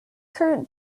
current